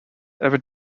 every